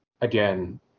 again